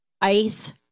ice